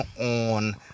on